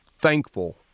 thankful